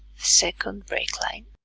second break line